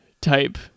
type